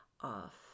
off